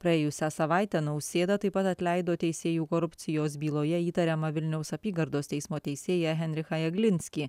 praėjusią savaitę nausėda taip pat atleido teisėjų korupcijos byloje įtariamą vilniaus apygardos teismo teisėją henriką jaglinskį